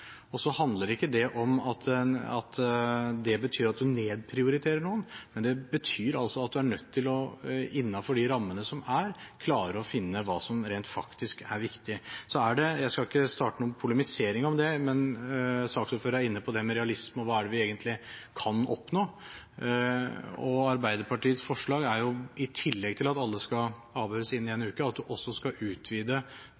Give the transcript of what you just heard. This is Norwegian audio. ikke at man nedprioriterer noen, men det betyr altså at man er nødt til – innenfor de rammene som er – å klare å finne hva som rent faktisk er viktig. Jeg skal ikke starte noen polemisering rundt det, men saksordføreren er inne på det med realisme og hva vi egentlig kan oppnå. Arbeiderpartiets forslag er, i tillegg til at alle skal avhøres innen én uke, at man også skal utvide